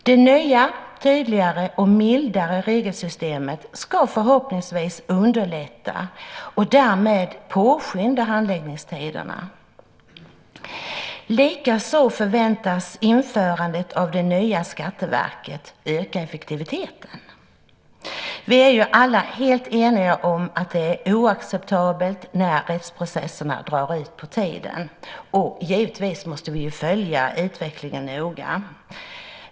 Det nya, tydligare och mildare regelsystemet ska förhoppningsvis underlätta och därmed påskynda handläggningstiderna. Likaså förväntas införandet av det nya Skatteverket öka effektiviteten. Vi är alla helt eniga om att det är oacceptabelt att rättsprocesserna drar ut på tiden. Givetvis måste vi noga följa utvecklingen.